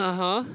(uh huh)